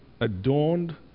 adorned